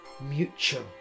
mutual